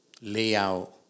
layout